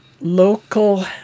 local